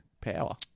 power